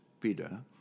Peter